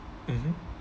mmhmm